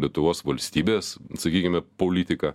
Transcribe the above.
lietuvos valstybės sakykime politiką